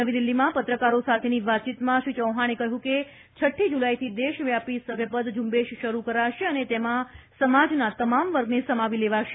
નવી દિલ્હીમાં પત્રકારો સાથેની વાતચીતમાં શ્રી ચૌહાણે કહ્યું કે છઠ્ઠી જુલાઇથી દેશવ્યાપી સભ્યપદ ઝુંબેશ શરૂ કરાશે અને તેમાં સમાજના તમામ વર્ગને સમાવી લેવાશે